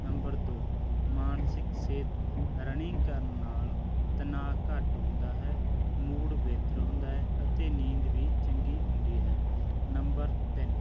number ਦੋ ਮਾਨਸਿਕ ਸਿਹਤ ਰਨਿੰਗ ਕਰਨ ਨਾਲ ਤਨਾਅ ਘੱਟ ਹੁੰਦਾ ਹੈ ਮੂਡ ਬਿਹਤਰ ਹੁੰਦਾ ਹੈ ਅਤੇ ਨੀਂਦ ਵੀ ਚੰਗੀ ਆਉਂਦੀ ਹੈ ਨੰਬਰ ਤਿੰਨ